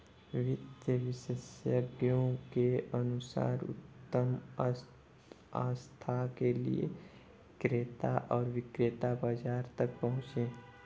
वित्त विशेषज्ञों के अनुसार उत्तम आस्था के लिए क्रेता और विक्रेता बाजार तक पहुंचे